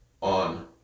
on